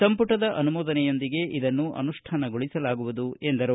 ಸಂಪುಟದ ಅನುಮೋದನೆಯೊಂದಿಗೆ ಇದನ್ನು ಅನುಷ್ಠಾನಗೊಳಿಸಲಾಗುವುದು ಎಂದರು